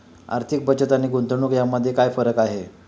आर्थिक बचत आणि गुंतवणूक यामध्ये काय फरक आहे?